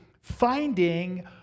finding